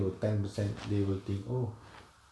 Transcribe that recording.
oh ten present they will thing oh